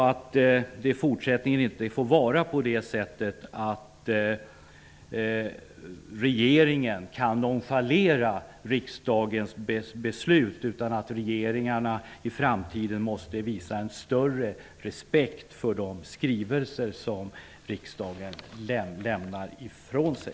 Det får i fortsättningen inte vara på det sättet att regeringen nonchalerar riksdagens beslut. Regeringarna måste i framtiden visa större respekt för de skrivelser som riksdagen lämnar ifrån sig.